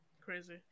Crazy